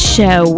Show